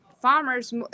farmers